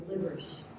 delivers